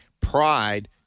pride